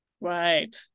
Right